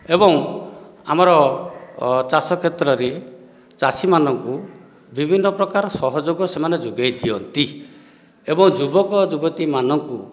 ଏବଂ ଆମର ଚାଷକ୍ଷେତ୍ରରେ ଚାଷୀମାନଙ୍କୁ ବିଭିନ୍ନ ପ୍ରକାର ସହଯୋଗ ସେମାନେ ଯୋଗେଇ ଦିଅନ୍ତି ଏବଂ ଯୁବକଯୁବତୀ ମାନଙ୍କୁ